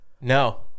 No